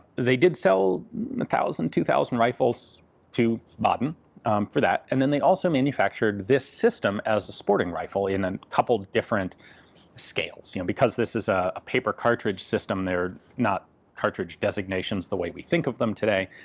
they did sell thousand to two thousand rifles to baden for that. and then they also manufactured this system as a sporting rifle in a couple different scales. you know because this is ah a paper cartridge system, there're not cartridge designations the way we think of them today.